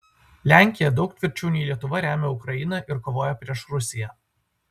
lenkija daug tvirčiau nei lietuva remia ukrainą ir kovoja prieš rusiją